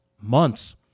months